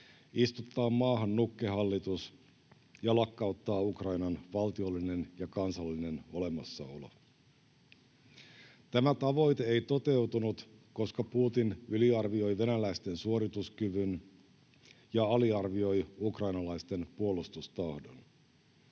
istuttaa maahan nukkehallitus ja lakkauttaa Ukrainan valtiollinen ja kansallinen olemassaolo. Tämä tavoite ei toteutunut, koska Putin yliarvioi venäläisten suorituskyvyn ja aliarvioi ukrainalaisten puolustustahdon.